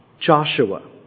Joshua